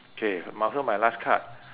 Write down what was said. okay might as well my last card